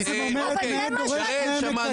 את אומרת נאה דורש נאה מקיים.